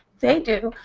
they do.